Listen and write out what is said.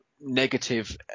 negative